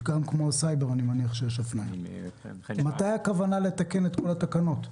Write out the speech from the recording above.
ואני מניח שגם בסייבר יש הפניה מתי הכוונה לתקן את כל התקנות?